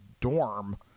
dorm